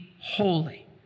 holy